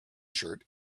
shirt